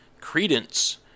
Credence